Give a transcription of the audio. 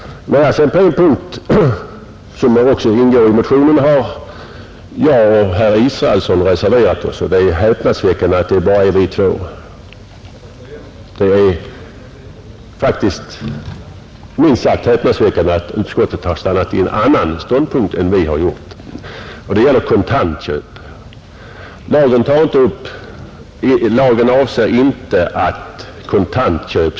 På en punkt som också ingår i motionen har jag och herr Israelsson reserverat oss. Det är häpnadsväckande att det bara är vi två. Det är faktiskt minst sagt häpnadsväckande att utskottet har stannat vid en annan ståndpunkt än vi har gjort, Det gäller kontantköpen, som lagen inte avses komma att omfatta.